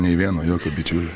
nei vieno jokio bičiulio